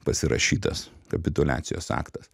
pasirašytas kapituliacijos aktas